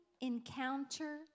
encounter